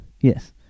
Yes